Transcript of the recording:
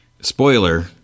spoiler